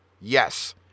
Yes